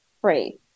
free